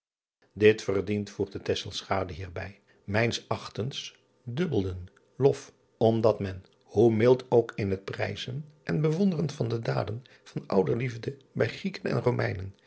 it verdient voegde hierbij mijns achtens dubbelden lof omdat men hoe mild ook in het prijzen en bewonderen van de daden van ouderliefde bij rieken en omeinen